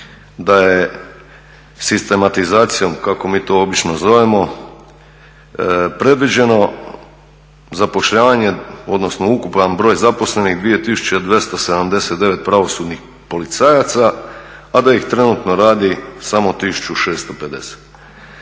da je sistematizacijom kako mi to obično zovemo, predviđeno zapošljavanje odnosno ukupan broj zaposlenih 2279 pravosudnih policajaca, a da ih trenutno radi samo 1650.